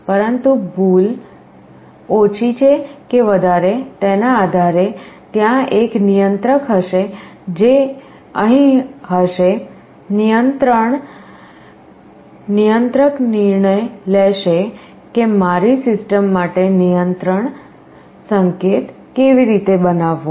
પરંતુ ભૂલ ઓછી છે કે વધારે તેના આધારે ત્યાં એક નિયંત્રક હશે જે અહીં હશે નિયંત્રક નિર્ણય લેશે કે મારી સિસ્ટમ માટે નિયંત્રણ સંકેત કેવી રીતે બનાવવો